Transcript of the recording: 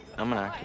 i'm an actor.